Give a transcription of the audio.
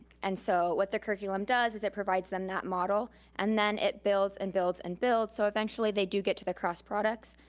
and so what the curriculum does is it provides them that model, and then it builds and builds and builds so eventually they do get to the cross-products.